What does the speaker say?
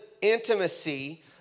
intimacy